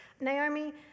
Naomi